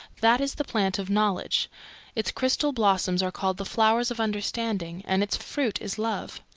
that is the plant of knowledge its crystal blossoms are called the flowers of understanding, and its fruit is love.